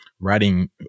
Writing